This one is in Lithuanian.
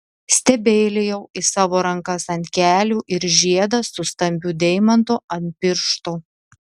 stebeilijau į savo rankas ant kelių ir žiedą su stambiu deimantu ant piršto